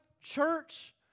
church